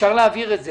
ואפשר להעביר אותו.